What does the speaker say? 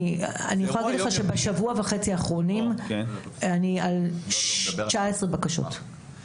אני יכולה להגיד לך שבשבוע וחצי האחרונים אני על 19 בקשות,